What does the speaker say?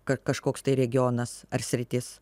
kad kažkoks tai regionas ar sritis